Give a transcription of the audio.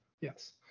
Yes